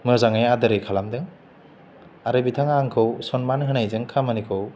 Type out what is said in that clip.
मोजाङै आदरै खालामदों आरो बिथाङा आंखौ सनमान होनायजों खामानिखौ